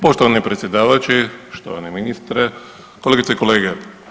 Poštovani predsjedavajući, štovani ministre, kolegice i kolege.